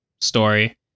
story